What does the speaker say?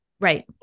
right